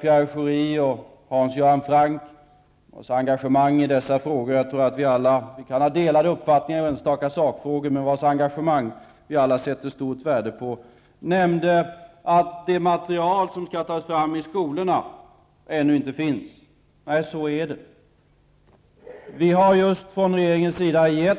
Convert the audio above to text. Pierre Schori och Hans Göran Franck -- vilkas engagemang vi alla sätter stort värde på, även om vi kan ha delade uppfattningar i enstaka sakfrågor -- nämnde att det material som skall tas fram i skolorna ännu inte finns. Nej, så är det. Regeringen har just givit